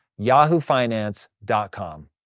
yahoofinance.com